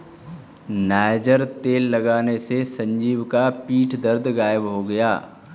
niger तेल लगाने से संजीव का पीठ दर्द गायब हो गया